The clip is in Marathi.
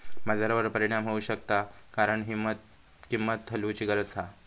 बाजारावर परिणाम होऊ शकता कारण किंमत हलवूची गरज हा